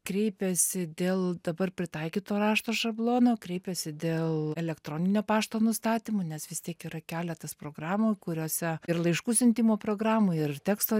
kreipiasi dėl dabar pritaikyto rašto šablono kreipiasi dėl elektroninio pašto nustatymų nes vis tiek yra keletas programų kuriose ir laiškų siuntimo programų ir teksto